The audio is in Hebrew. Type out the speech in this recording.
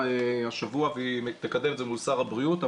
השבוע והיא תקדם את זה מול שר הבריאות.